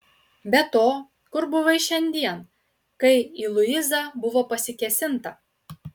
be to kur buvai šiandien kai į luizą buvo pasikėsinta